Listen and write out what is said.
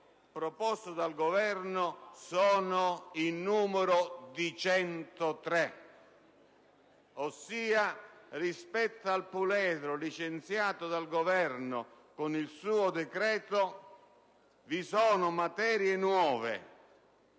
proposto dal Governo sono in numero di 103: rispetto al puledro licenziato dal Governo con il decreto originario, vi sono materie nuove,